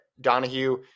Donahue